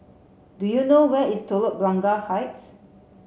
do you know where is Telok Blangah Heights